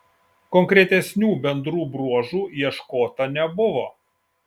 konkretesnių bendrų bruožų ieškota nebuvo